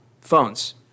phones